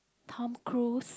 Tom-Cruise